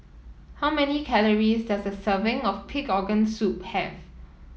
how many calories does a serving of Pig Organ Soup have